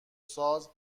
ساز